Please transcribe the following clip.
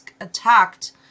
attacked